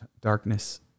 darkness